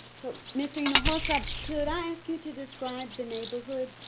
so mr. hinojosa, could i ask you to describe the neighborhood?